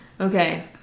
Okay